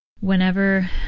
Whenever